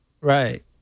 Right